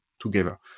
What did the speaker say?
together